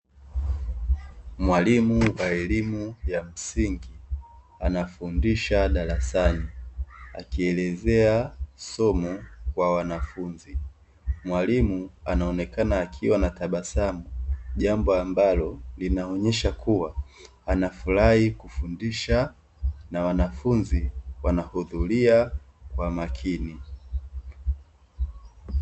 Mwalimu wa elimu ya msingi, anafundisha darasani akielezea somo kwa wanafunzi. Mwalimu anaonekana akiwa na tabasamu, jambo ambalo linaonyesha kuwa anafurahi kufundisha na wanafunzi wanahudhuria kwa makini.